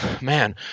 man